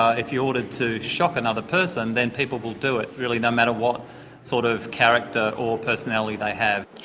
if you're ordered to shock another person then people will do it really no matter what sort of character or personality they have.